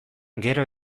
gero